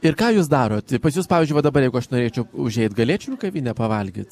ir ką jūs darot pas jus pavyzdžiui va dabar jeigu aš norėčiau užeit galėčiau kavinę pavalgyt